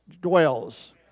dwells